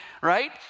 right